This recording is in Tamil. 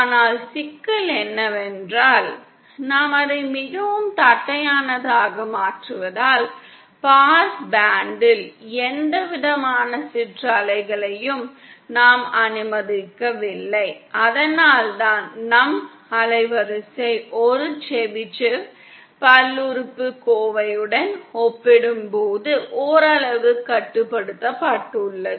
ஆனால் சிக்கல் என்னவென்றால் நாம் அதை மிகவும் தட்டையானதாக மாற்றுவதால் பாஸ் பேண்ட்யில் எந்தவிதமான சிற்றலைகளையும் நாம் அனுமதிக்கவில்லை அதனால்தான் நம் அலைவரிசை ஒரு செபிஷேவ் பல்லுறுப்புக்கோவையுடன் ஒப்பிடப்படும் போது ஓரளவு கட்டுப்படுத்தப்பட்டுள்ளது